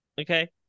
okay